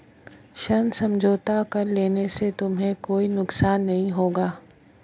ऋण समझौता कर लेने से तुम्हें कोई नुकसान नहीं होगा